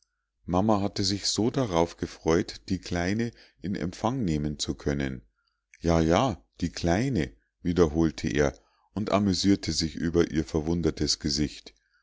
mama hatte sich so darauf gefreut die kleine in empfang nehmen zu können ja ja die kleine wiederholte er und amüsierte sich über ihr verwundertes gesicht